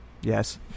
yes